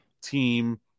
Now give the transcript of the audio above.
team